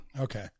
Okay